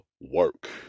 work